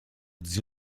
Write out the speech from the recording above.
zio